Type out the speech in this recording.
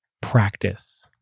practice